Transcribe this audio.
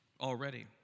already